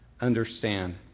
understand